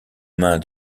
mains